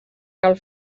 cal